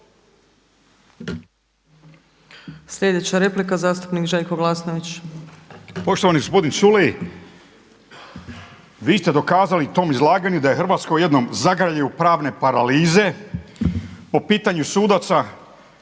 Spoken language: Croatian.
Glasnović. **Glasnović, Željko (Nezavisni)** Poštovani gospodine Culej, vi ste dokazali u tom izlaganju da je Hrvatska u jednom zagrljaju pravne paralize po pitanju sudaca.